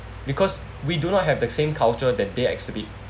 because we do not have the same culture that they exhibit